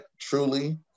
truly